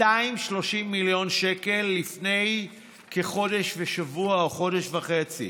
230 מיליון שקלים, לפני כחודש ושבוע או חודש וחצי.